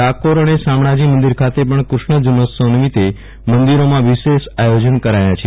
ડાકોર અને શામળાજી મંદિર ખાતે પણ કૃષ્ણ જન્મોત્સવ નિમિત્તે મંદિરોમાં વિશેષ આયોજન કરાયા છે